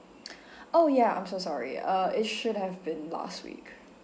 oh ya I'm so sorry uh it should have been last week